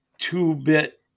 two-bit